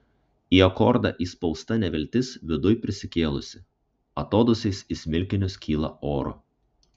į akordą įspausta neviltis viduj prisikėlusi atodūsiais į smilkinius kyla oru